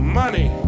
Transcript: money